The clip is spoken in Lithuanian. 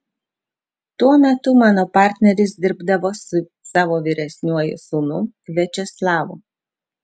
tuo metu mano partneris dirbdavo su savo vyresniuoju sūnum viačeslavu